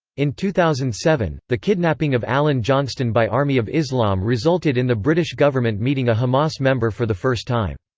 in two thousand and seven, the kidnapping of alan johnston by army of islam resulted in the british government meeting a hamas member for the first time.